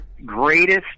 greatest